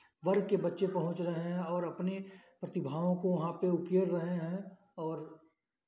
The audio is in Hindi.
वर्ग के बच्चे पहुँच रहे हैं और अपने प्रतिभाओं को वहाँ पे उकेर रहे हैं और